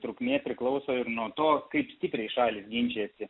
trukmė priklauso ir nuo to kaip stipriai šalys ginčijasi